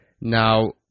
Now